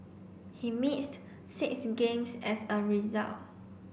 he missed six games as a result